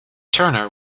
turner